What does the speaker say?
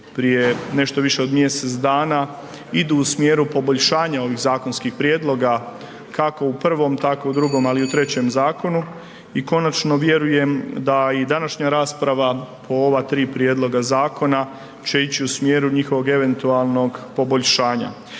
prije nešto više od mjesec dana, idu u smjeru poboljšanja ovih zakonskim prijedloga kako u prvom, tako u drugom ali i u trećem zakonu i konačno vjerujem da i današnja rasprava o ova tri prijedloga zakona će ići u smjeru njihovog eventualnog poboljšanja.